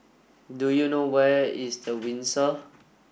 do you know where is The Windsor